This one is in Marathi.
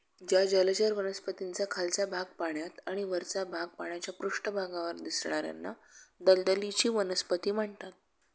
ज्या जलचर वनस्पतींचा खालचा भाग पाण्यात आणि वरचा भाग पाण्याच्या पृष्ठभागावर दिसणार्याना दलदलीची वनस्पती म्हणतात